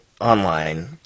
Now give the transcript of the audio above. online